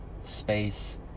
Space